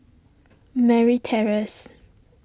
Merryn Terrace